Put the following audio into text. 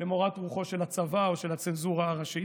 למורת רוחו של הצבא או של הצנזורה הראשית.